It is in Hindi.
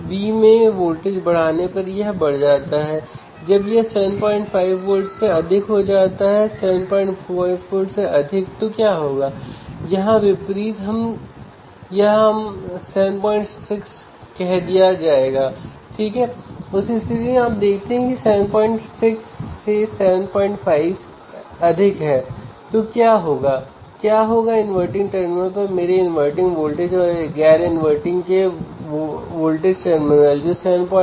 इसलिए अगर मेरे पास एक सिग्नल है और बहुत अधिक नॉइज़ की उपस्थिति है तो मैं इंस्ट्रूमेंटेशन एम्पलीफायर का उपयोग कैसे कर सकता हूं